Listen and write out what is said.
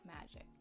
magic